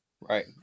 Right